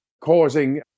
causing